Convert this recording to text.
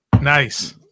Nice